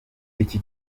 iki